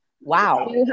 Wow